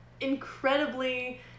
incredibly